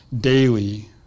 daily